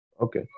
Okay